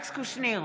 אלכס קושניר,